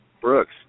Brooks